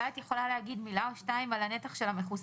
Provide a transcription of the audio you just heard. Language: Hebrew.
אולי את יכולה להגיד מילה או שתיים על הנתח של המחוסנים,